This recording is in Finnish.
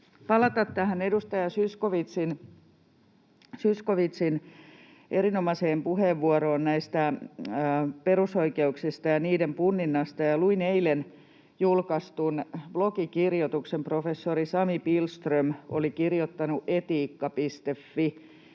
palata tähän edustaja Zyskowiczin erinomaiseen puheenvuoroon perusoikeuksista ja niiden punninnasta. Luin eilen julkaistun blogikirjoituksen. Professori Sami Pihlström oli kirjoittanut